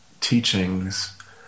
teachings